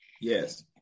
Yes